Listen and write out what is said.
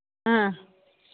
ಹಾಂ